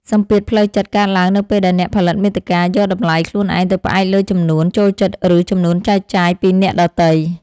សម្ពាធផ្លូវចិត្តកើតឡើងនៅពេលដែលអ្នកផលិតមាតិកាយកតម្លៃខ្លួនឯងទៅផ្អែកលើចំនួន ចូលចិត្ត ឬចំនួន ចែកចាយ ពីអ្នកដទៃ។